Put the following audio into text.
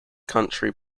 country